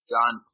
John